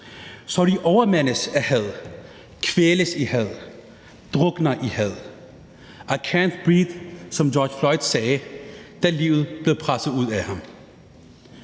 så de overmandes af had, kvæles i had, drukner i had. I can't breathe, som George Floyd sagde, da livet blev presset ud af ham.